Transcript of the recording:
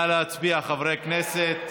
נא להצביע, חברי הכנסת,